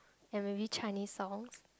and maybe Chinese songs